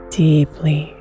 deeply